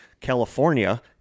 California